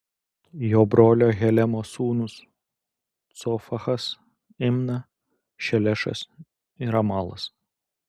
jo brolio helemo sūnūs cofachas imna šelešas ir amalas